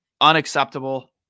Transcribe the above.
unacceptable